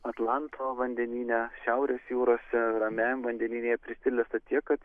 atlanto vandenyne šiaurės jūrose ramiajam vandenyne jie prisilesa tiek kad